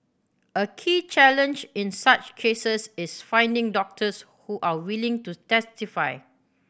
a key challenge in such cases is finding doctors who are willing to testify